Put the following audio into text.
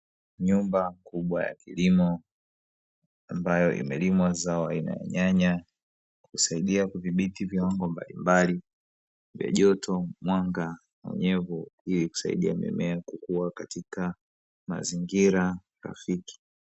Nyumba kubwa ya kilimo ambayo imelimwa zao aina ya nyanya, husaidia kudhibiti vyombo mbalimbali vya joto, mwanga, unyevu ili kusaidia mimea kukua katika mazingira rafiki.